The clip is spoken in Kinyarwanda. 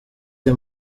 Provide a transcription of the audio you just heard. the